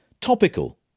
topical